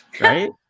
right